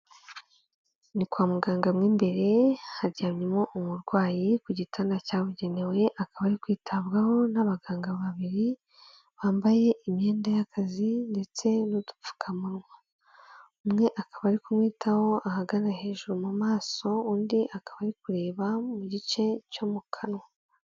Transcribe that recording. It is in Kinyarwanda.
Ni kwa muganga mo imbere ye haryamyemo umurwayi ku gitanda cyabugenewe akaba yari kwitabwaho n'abaganga babiri, bambaye imyenda y'akazi ndetse n'udupfukamunwa. Umwe akaba ari kumwitaho ahagana hejuru mu maso, undi akaba ari kureba mu gice cyo mu kanwa.